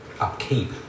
upkeep